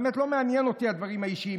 באמת לא מעניין אותי הדברים האישיים,